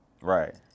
right